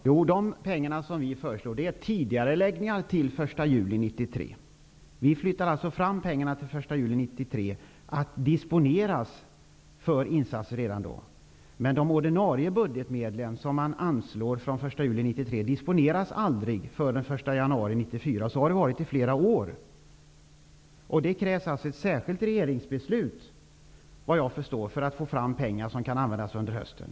Herr talman! De pengar som vi föreslår gäller tidigareläggningar. Vi gör alltså en framflyttning till den 1 juli 1993, så att pengarna kan dipsoneras för olika insatser redan då. Men de ordinarie budgetmedel som anslås och som gäller från den 1 juli 1993 dipsoneras inte förrän den 1 januari 1994. Den ordningen har vi haft i flera år. Det krävs alltså ett särskilt regeringsbeslut, såvitt jag förstår, för att det skall gå att få fram pengar som kan användas under hösten.